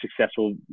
successful